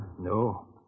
No